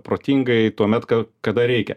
protingai tuomet kada reikia